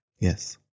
Yes